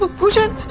but bhushan!